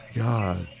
god